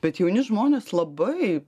bet jauni žmonės labai